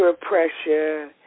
pressure